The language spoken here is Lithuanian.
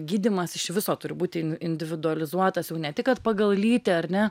gydymas iš viso turi būti individualizuotas jau ne tik kad pagal lytį ar ne